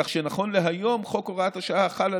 כך שנכון להיום חוק הוראת השעה חל על